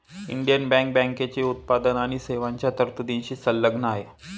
Indian bank बँकेची उत्पादन आणि सेवांच्या तरतुदींशी संलग्न आहे